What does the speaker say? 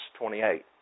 28